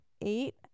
Eight